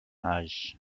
âge